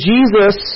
Jesus